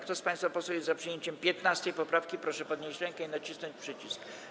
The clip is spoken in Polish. Kto z państwa posłów jest za przyjęciem 15. poprawki, proszę podnieść rękę i nacisnąć przycisk.